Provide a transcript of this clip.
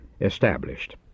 established